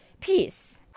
peace